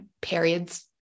periods